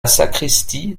sacristie